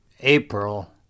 April